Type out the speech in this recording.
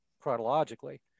chronologically